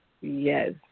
Yes